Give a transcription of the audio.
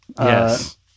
Yes